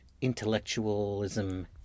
intellectualism